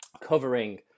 covering